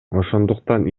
ошондуктан